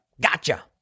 Gotcha